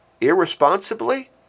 irresponsibly